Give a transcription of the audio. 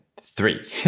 three